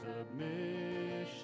Submission